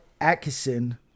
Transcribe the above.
Atkinson